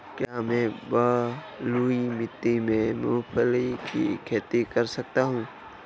क्या मैं बलुई मिट्टी में मूंगफली की खेती कर सकता हूँ?